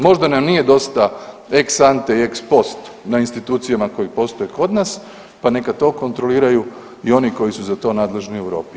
Možda nam nije dosta ex ante i ex post na institucijama koje postoje kod nas, pa neka to kontroliraju i oni koji su za to nadležni u Europi.